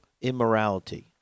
immorality